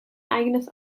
eigenes